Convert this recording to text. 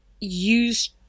use